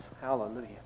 Hallelujah